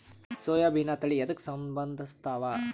ಸೋಯಾಬಿನ ತಳಿ ಎದಕ ಸಂಭಂದಸತ್ತಾವ?